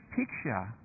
picture